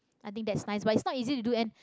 I think that's nice but it's not easy to do and